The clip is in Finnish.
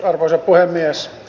arvoisa puhemies